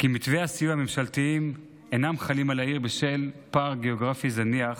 מתווי הסיוע הממשלתיים אינם חלים על העיר בשל פער גיאוגרפי זניח,